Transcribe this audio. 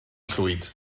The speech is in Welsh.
llwyd